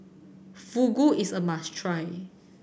fugu is a must try